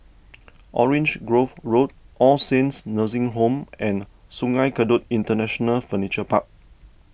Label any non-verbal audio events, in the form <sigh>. <noise> Orange Grove Road All Saints Nursing Home and Sungei Kadut International Furniture Park